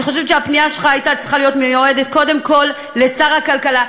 אני חושבת שהפנייה שלך הייתה צריכה להיות מיועדת קודם כול לשר הכלכלה,